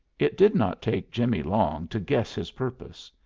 it did not take jimmie long to guess his purpose.